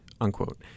unquote